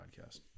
podcast